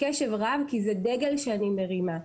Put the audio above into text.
קשב רב כי זה דגל שאני מרימה.